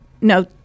no